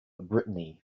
brittany